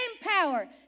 power